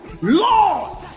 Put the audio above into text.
Lord